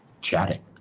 chatting